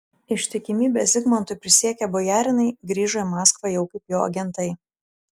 ištikimybę zigmantui prisiekę bojarinai grįžo į maskvą jau kaip jo agentai